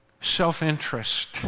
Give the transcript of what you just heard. self-interest